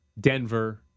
Denver